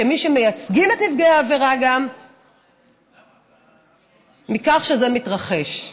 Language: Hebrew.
כמי שמייצגים גם את נפגעי העבירה, מכך שזה מרחש.